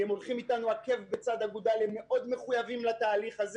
כי הם הולכים אתנו עקב בצד אגודל והם מחויבים לתהליך הזה